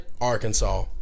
Arkansas